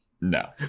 no